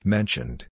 Mentioned